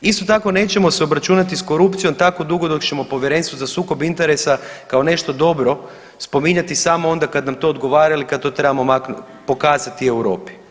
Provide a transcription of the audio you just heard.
Isto tako nećemo se obračunati s korupcijom tako dugo dok ćemo Povjerenstvo za sukob interesa kao nešto dobro spominjati samo onda kada nam to odgovara ili kad to trebamo … pokazati Europi.